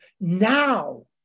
now